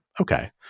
Okay